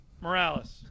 Morales